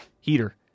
heater